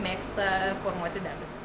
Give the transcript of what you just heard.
mėgsta formuoti debesis